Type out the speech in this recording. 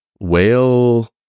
whale